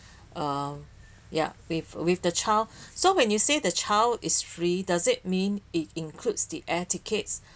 uh yeah with with the child so when you say the child is free does it mean it includes the air tickets